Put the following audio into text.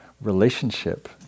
relationship